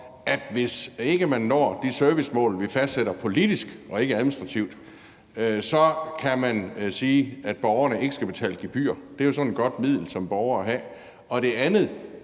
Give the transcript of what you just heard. at hvis ikke man når det servicemål, vi fastsætter politisk og ikke administrativt, så kan vi sige, at borgerne ikke skal betale gebyr – det er jo sådan et godt middel at have som borger – og at vi som det andet